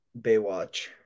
Baywatch